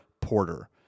Porter